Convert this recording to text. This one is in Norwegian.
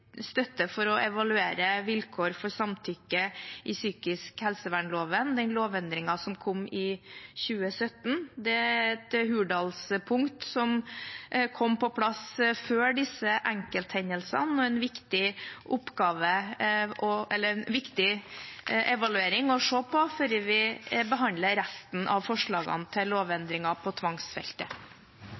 støtte for å evaluere vilkår for samtykke i psykisk helsevernloven – den lovendringen som kom i 2017. Det er et punkt i Hurdalsplattformen som kom på plass før disse enkelthendelsene, og det er en viktig evaluering å se på før vi behandler resten av forslagene til lovendringer på tvangsfeltet.